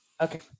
Okay